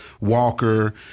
Walker